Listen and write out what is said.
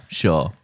sure